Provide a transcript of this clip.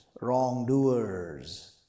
wrongdoers